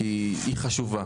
כי היא חשובה.